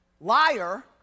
liar